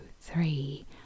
three